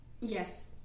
Yes